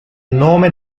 nome